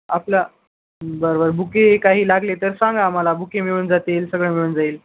आपलं बरं बरं बुके काही लागले तर सांगा आम्हाला बुके मिळून जातील सगळं मिळून जाईल